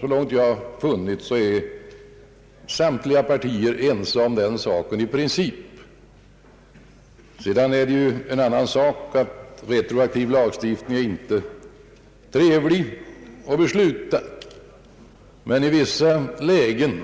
Så långt jag har funnit är samtliga partier i princip ense om det angelägna häri. En annan sak är att det inte är trevligt att besluta om en retroaktiv lagstiftning. Men i vissa lägen